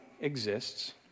exists